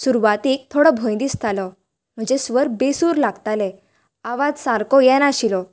सुरवातीक थोडो भंय दिसतालो म्हजे स्वर बेसूर लागताले आवज सारको येनाशिल्लो